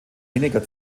weniger